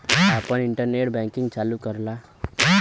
आपन internet banking चालू कराला